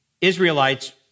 Israelites